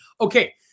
Okay